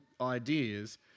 ideas